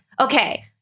Okay